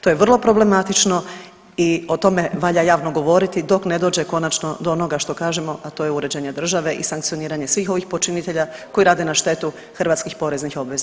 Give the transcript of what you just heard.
To je vrlo problematično i o tome valja javno govoriti dok ne dođe konačno do onoga što kažemo a to je uređenje države i sankcioniranje svih ovih počinitelja koji rade na štetu hrvatskih poreznih obveznika.